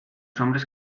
hombres